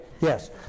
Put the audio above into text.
Yes